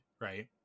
right